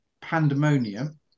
pandemonium